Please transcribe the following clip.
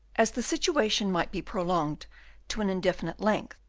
as the situation might be prolonged to an indefinite length,